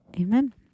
Amen